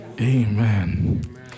Amen